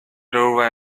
doorway